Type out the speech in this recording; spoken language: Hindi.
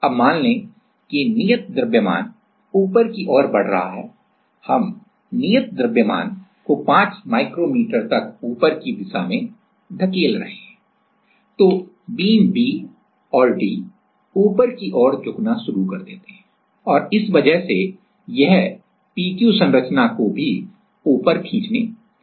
अब मान लें कि नियत द्रव्यमान प्रूफ मास proof mass ऊपर की ओर बढ़ रहा है हम नियत द्रव्यमान प्रूफ मास proof mass को 5 माइक्रोमीटर तक ऊपर की दिशा में धकेल रहे हैं तो बीम B और D ऊपर की ओर झुकना शुरू कर देते हैं और इस वजह से यह PQ संरचना को भी ऊपर खींचने लगता है